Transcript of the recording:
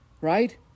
Right